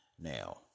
Now